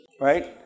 Right